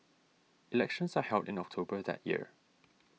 elections are held in October that year